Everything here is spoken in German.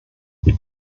wir